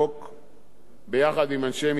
ביחד עם אנשי משרד המשפטים.